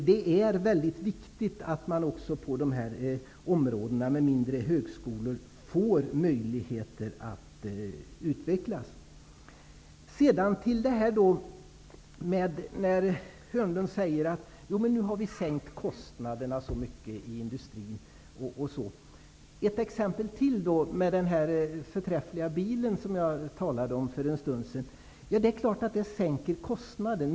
Det är mycket viktigt att man i områden med mindre högskolor får möjligheter att utvecklas. Börje Hörnlund säger att vi nu har sänkt kostnaderna så mycket i industrin. Jag kan ta ytterligare ett exempel med den förträffliga bil, som jag talade om för en stund sedan. Det är klart att det sänker kostnaden.